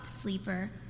sleeper